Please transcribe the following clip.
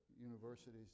universities